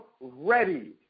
ready